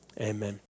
amen